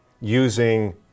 Using